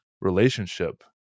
relationship